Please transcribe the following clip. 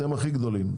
אתם הכי גדולים.